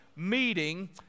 Meeting